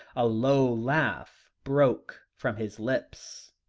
a low laugh broke from his lips.